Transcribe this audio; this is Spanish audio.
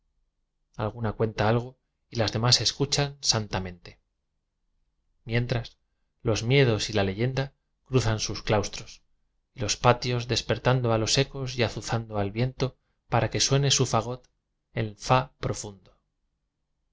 na cuenta algo y las demás escuchan san tamente mientras los miedos y la le yenda cruzan los claustros y los patios despertando a los ecos y azuzando al vien to para que suene su fagot en fa profundo